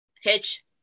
Hitch